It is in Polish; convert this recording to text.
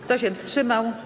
Kto się wstrzymał?